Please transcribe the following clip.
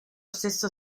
stesso